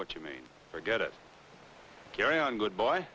what you mean forget it carry on good boy